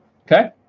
Okay